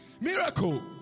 miracle